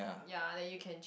ya that you can